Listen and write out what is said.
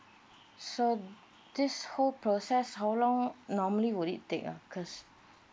so this whole process how long normally will it take ah cause